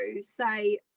say